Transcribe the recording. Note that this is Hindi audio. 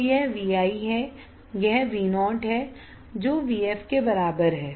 तो यह VI है यह Vo है जो Vf के बराबर है